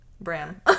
Bram